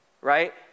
Right